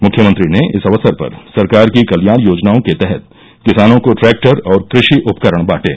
मुख्यमंत्री ने इस अवसर पर सरकार की कल्याण योजनाओं के तहत किसानों को ट्रेक्टर और क्रषि उपकरण बांटे